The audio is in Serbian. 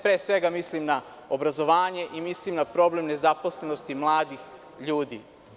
Pre svega, mislim na obrazovanje i mislim na problem nezaposlenosti mladih ljudi.